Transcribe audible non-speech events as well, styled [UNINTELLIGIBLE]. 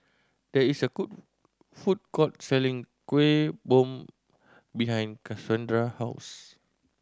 there is a [UNINTELLIGIBLE] food court selling Kueh Bom behind Cassondra house